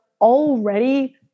already